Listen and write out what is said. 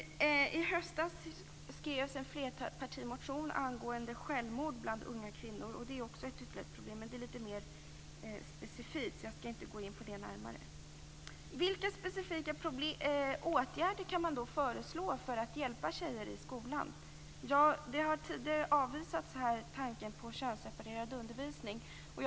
I höstas skrevs en flerpartimotion angående självmord bland unga kvinnor. Det är ytterligare ett problem, men det är litet mer specifikt, så jag skall inte gå in på det närmare. Vilka specifika åtgärder kan man föreslå för att hjälpa tjejer i skolan? Tanken på könsseparerad undervisning har tidigare avvisats här.